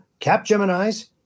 Capgemini's